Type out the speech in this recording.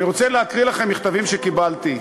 אני רוצה להקריא לכם מכתבים שקיבלתי,